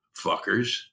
fuckers